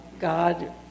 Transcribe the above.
God